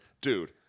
Dude